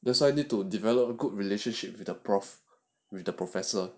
that's why you need to develop a good relationship with the professor with the professor